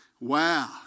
Wow